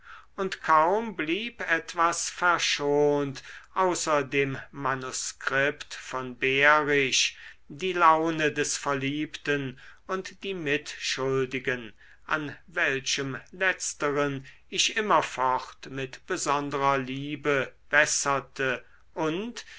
und kaum blieb etwas verschont außer dem manuskript von behrisch die laune des verliebten und die mitschuldigen an welchem letzteren ich immerfort mit besonderer liebe besserte und